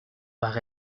par